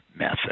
method